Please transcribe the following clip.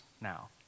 now